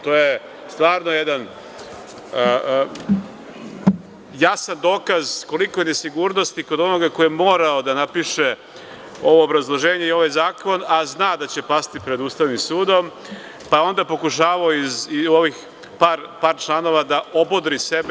To je stvarno jedan jasan dokaz koliko je nesigurnosti kod onoga ko je morao da napiše ovo obrazloženje i ovaj zakon, a zna da će pasti pred Ustavnim sudom, pa je onda pokušavao iz ovih par članova da obodri sebe.